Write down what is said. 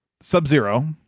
Sub-Zero